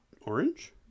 orange